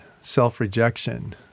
self-rejection